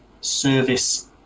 service